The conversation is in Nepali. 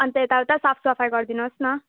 अन्त यताउता साफ सफाइ गरिदिनुहोस् न